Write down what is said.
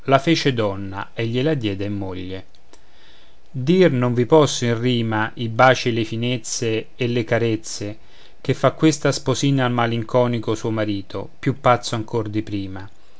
la fece donna e gliela diede in moglie dir non vi posso in rima i baci e le finezze e le carezze che fa questa sposina al malinconico suo marito più pazzo ancor di prima